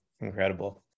Incredible